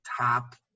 top